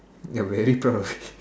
we are very proud of it